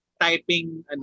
typing